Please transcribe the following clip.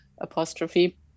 apostrophe